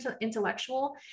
intellectual